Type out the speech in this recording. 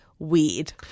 Weird